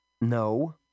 No